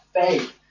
faith